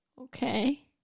okay